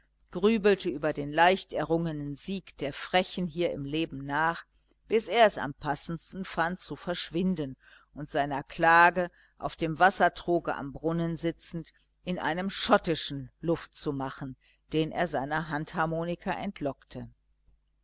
grübelte über den leicht errungenen sieg der frechen hier im leben nach bis er es am passendsten fand zu verschwinden und seiner klage auf dem wassertroge am brunnen sitzend in einem schottischen luft zu machen den er seiner handharmonika entlockte